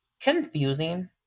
confusing